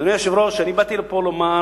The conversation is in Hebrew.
אדוני היושב-ראש, אני באתי פה לומר